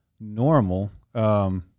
normal